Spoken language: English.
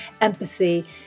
empathy